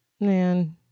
man